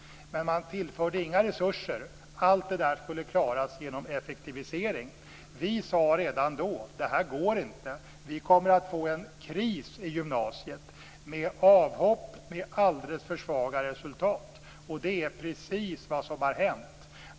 Men man tillförde inga resurser. Allt detta skulle klaras genom effektivisering. Vi sade redan då att detta inte gick och att det skulle komma att bli en kris i gymnasiet med avhopp och med alldeles för svaga resultat. Det är precis vad som har hänt.